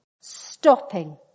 Stopping